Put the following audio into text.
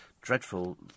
dreadful